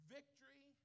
Victory